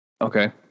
Okay